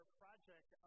project